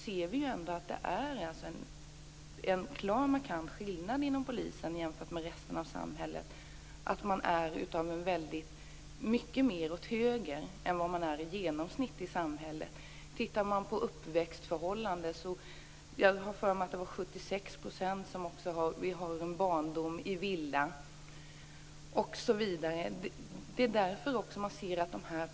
De visar att det råder en markant skillnad inom polisen jämfört med resten av samhället. Inom polisen är man så att säga mycket mer åt höger än vad som gäller generellt i samhället. Om man tittar på uppväxtförhållandena bland poliser och bland dem som söker till polisutbildningen, tror jag att det var 76 % som är uppväxta i villa, osv.